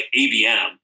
ABM